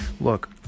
look